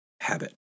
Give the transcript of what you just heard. habit